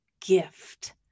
gift